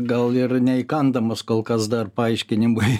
gal ir neįkandamas kol kas dar paaiškinimui